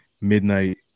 midnight